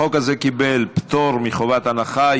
החוק הזה קיבל פטור מחובת הנחה.